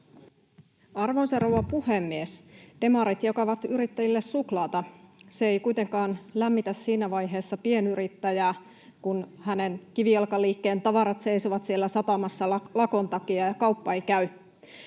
Arvoisa rouva puhemies! Demarit jakavat yrittäjille suklaata. Se ei kuitenkaan lämmitä pienyrittäjää siinä vaiheessa, kun hänen kivijalkaliikkeensä tavarat seisovat satamassa lakon takia ja kauppa ei käy.